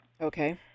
okay